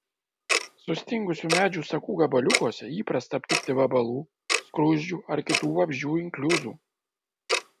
sustingusių medžių sakų gabaliukuose įprasta aptikti vabalų skruzdžių ar kitų vabzdžių inkliuzų